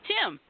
Tim